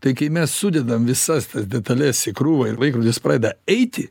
tai kai mes sudedam visas tas detales į krūvą ir laikrodis pradeda eiti